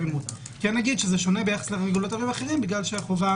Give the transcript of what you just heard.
כן נגיד שזה שונה ביחס לרגולטורים אחרים כי החובה